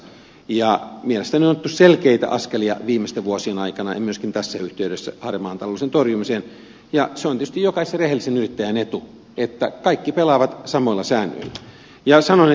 mielestäni on otettu selkeitä askelia viimeisten vuosien aikana ja myöskin tässä yhteydessä harmaan talouden torjumiseen ja se on tietysti jokaisen rehellisen yrittäjän etu että kaikki pelaavat samoilla säännöillä